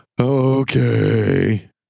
Okay